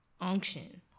unction